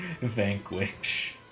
Vanquish